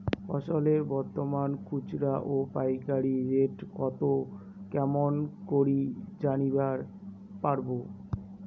ফসলের বর্তমান খুচরা ও পাইকারি রেট কতো কেমন করি জানিবার পারবো?